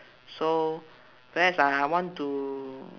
so best uh I want to